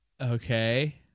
Okay